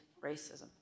racism